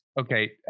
Okay